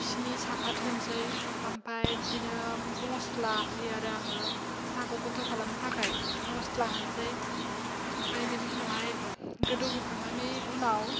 सिनि साहाफात होनसै आमफाय बिदिनो मस्ला होयो आरो आङो साहाखौ गोथाव खालामनो थाखाय मस्ला होनसै ओमफाय बेनि उनावहाय गोदौहोखांनानै उनाव